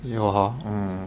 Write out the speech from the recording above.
yeah mm